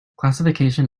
classification